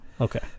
Okay